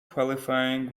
qualifying